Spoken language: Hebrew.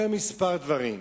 אומר כמה דברים.